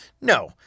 No